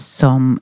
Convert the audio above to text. som